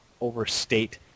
overstate